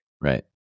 Right